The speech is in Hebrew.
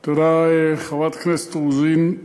תודה, חברת הכנסת רוזין.